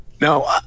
No